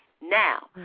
Now